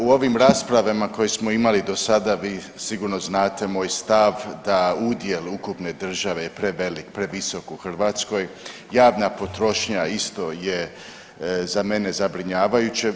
U ovim raspravama koje smo imali do sada vi sigurno znate moj stav da udjel ukupne države je prevelik, previsok u Hrvatskoj, javna potrošnja isto je za mene zabrinjavajuće.